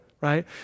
right